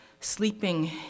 sleeping